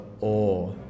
awe